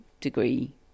degree